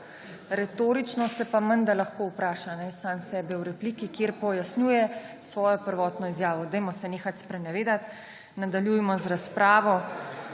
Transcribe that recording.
Retorično se pa menda lahko vpraša, sam sebe v repliki, kjer pojasnjuje svojo prvotno izjavo. Nehajmo se sprenevedati. Nadaljujemo z razpravo.